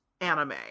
anime